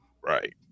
Right